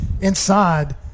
inside